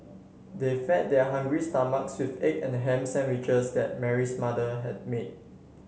they fed their hungry stomachs with egg and ham sandwiches that Mary's mother had made